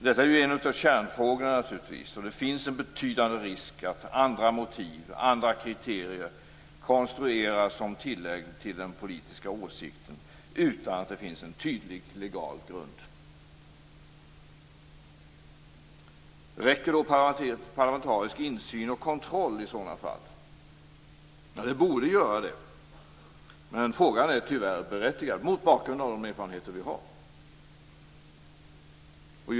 Detta är naturligtvis en av kärnfrågorna, och det finns en betydande risk att andra motiv, andra kriterier, konstrueras som tillägg till den politiska åsikten utan att det finns en tydlig legal grund. Räcker då parlamentarisk insyn och kontroll i sådana fall? Ja, det borde vara så, men frågan är tyvärr berättigad mot bakgrund av de erfarenheter som vi har.